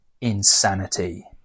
insanity